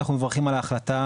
אנחנו מברכים על ההחלטה,